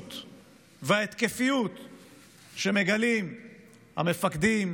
הנחישות וההתקפיות שמגלים המפקדים,